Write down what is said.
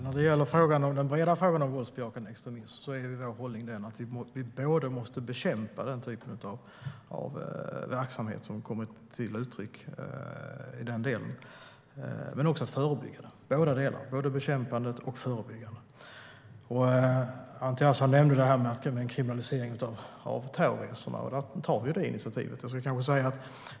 Fru talman! I den breda frågan om våldsbejakande extremism är vår hållning att vi måste både bekämpa den typen av verksamhet och förebygga den. Det handlar om båda delarna, både bekämpandet och förebyggandet. Anti Avsan nämnde en kriminalisering av terrorresorna. Där tar vi initiativet.